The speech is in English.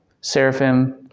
seraphim